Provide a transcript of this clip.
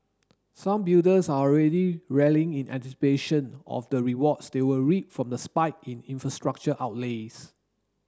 some builders are already rallying in anticipation of the rewards they will reap from the spike in infrastructure outlays